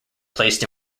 placed